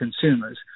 consumers